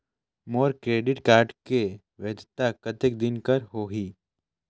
मोर credit card के वैधता कतेक दिन कर होही?